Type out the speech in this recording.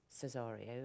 Cesario